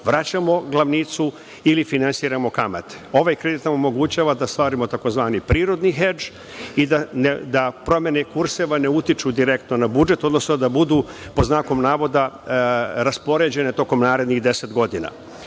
vraćamo glavnicu ili finansiramo kamate. Ovaj kredit nam omogućava da stvorimo prirodni „hedž“ i da promene kurseva ne utiču direktno na budžet, odnosno da budu, pod znakom navoda, raspoređena tokom narednih 10 godina. Ovaj